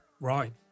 Right